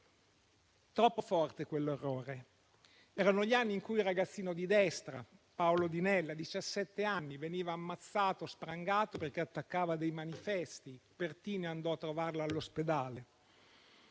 troppo forte quell'orrore. Erano gli anni in cui un ragazzino di destra, Paolo Di Nella, di diciassette anni, venne ammazzato a sprangate perché attaccava manifesti. Pertini andò a trovarlo all'ospedale.